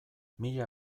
mila